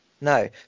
No